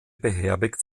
beherbergt